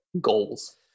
goals